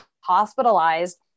hospitalized